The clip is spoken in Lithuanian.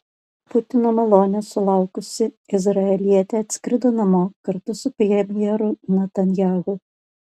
putino malonės sulaukusi izraelietė atskrido namo kartu su premjeru netanyahu